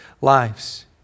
lives